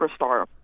superstar